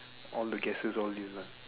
all the gases all these lah